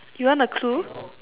you want a clue